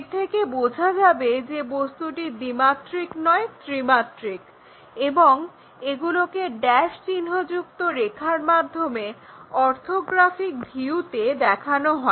এর থেকে বোঝা যাবে যে বস্তুটি দ্বিমাত্রিক নয় ত্রিমাত্রিক এবং এগুলোকে ড্যাশ চিহ্ন যুক্ত রেখার মাধ্যমে অর্থোগ্রাফিক ভিউতে দেখানো হয়